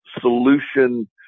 solution